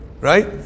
right